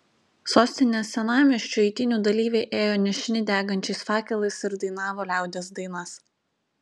sostinės senamiesčiu eitynių dalyviai ėjo nešini degančiais fakelais ir dainavo liaudies dainas